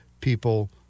people